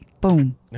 boom